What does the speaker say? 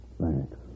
Thanks